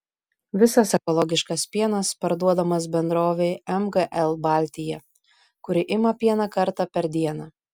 visas ekologiškas pienas parduodamas bendrovei mgl baltija kuri ima pieną kartą per dieną